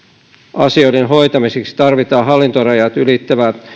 asioiden hoitamiseksi tarvitaan hallintorajat ylittävää